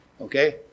okay